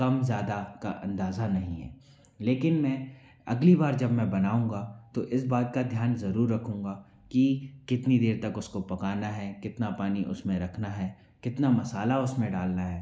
कम ज़्यादा का अंदाजा नहीं है लेकिन मैं अगली बार जब मैं बनाऊंगा तो इस बात का ध्यान ज़रूर रखूंगा की कितनी देर तक उसको पकाना है कितना पानी उसमें रखना है कितना मसाला उसमें डालना है